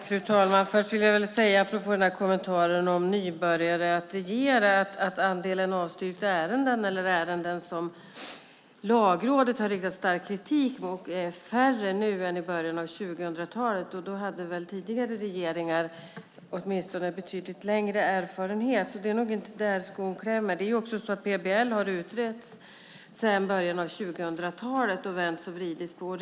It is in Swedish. Fru talman! Apropå kommentaren om nybörjare i att regera vill jag säga att antalet avstyrkta ärenden eller ärenden som Lagrådet riktat stark kritik mot nu är mindre än som var fallet i början av 2000-talet då väl tidigare regeringar hade betydligt längre erfarenhet. Det är nog inte där skon klämmer. PBL har utretts sedan början av 2000-talet. Det har vänts och vridits på den.